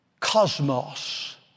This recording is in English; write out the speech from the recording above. cosmos